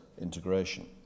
integration